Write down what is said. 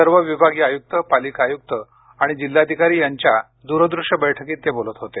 सर्व विभागीय आयुक्त पालिका आयुक्त व जिल्हाधिकारी यांच्या द्रदृश्य बैठकीत ते बोलत होते